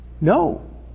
No